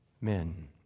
men